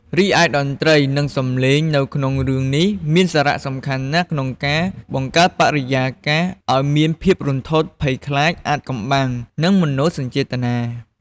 រីឯតន្ត្រី និងសំឡេងនៅក្នុងរឿងនេះមានសារៈសំខាន់ណាស់ក្នុងការបង្កើតបរិយាកាសអោយមានភាពរន្ធត់ ភ័យខ្លាច អាថ៌កំបាំង និងមនោសញ្ចេតនា ។